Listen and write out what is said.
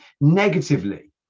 negatively